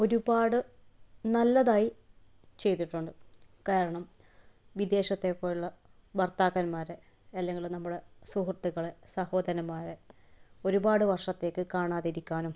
ഒരുപാട് നല്ലതായി ചെയ്തിട്ടുണ്ട് കാരണം വിദേശത്തെപ്പോലുള്ള ഭർത്താക്കന്മാരെ അല്ലെങ്കിൽ നമ്മൾ സുഹൃത്തുകളെ സഹോദരന്മാരെ ഒരുപാട് വർഷത്തേക്ക് കാണാതിരിക്കാനും